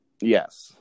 Yes